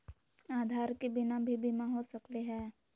आधार के बिना भी बीमा हो सकले है?